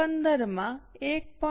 15 માં 1